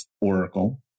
Oracle